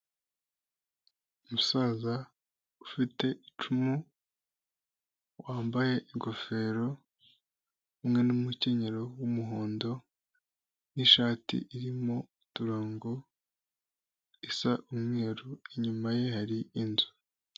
Umusaza ufite icumu wambaye ingofero hamwe n'umukenyero w'umuhondo n'ishati irimo uturongo isa umweru, inyuma ye hari inzu.